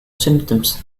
symptoms